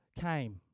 came